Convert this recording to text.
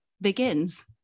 begins